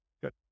good